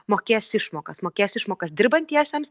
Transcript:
mokės išmokas mokės išmokas dirbantiesiems